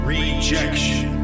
Rejection